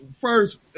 first